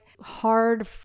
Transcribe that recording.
hard